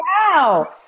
wow